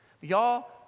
Y'all